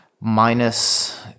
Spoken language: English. minus